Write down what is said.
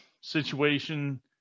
situation